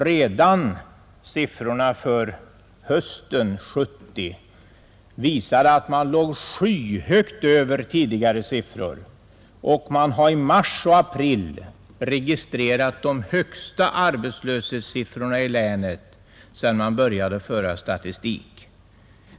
Redan uppgifterna för hösten 1970 visade att den låg skyhögt över tidigare siffror, och man har i mars och april registrerat de högsta arbetslöshetssiffrorna i länet sedan man började föra statistik.